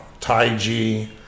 Taiji